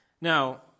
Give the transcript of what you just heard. Now